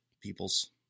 peoples